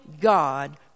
God